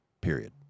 period